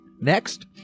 Next